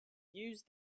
use